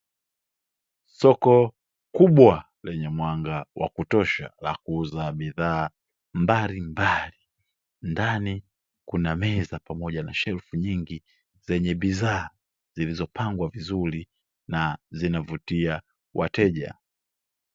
Soko kubwa, lenye mwanga wa kutosha la kuuza bidhaa mbalimbali, ndani kuna meza pamoja na shelfu nyingi zenye bidhaa zilizopangwa vizuri na zinavutia wateja.